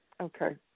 Okay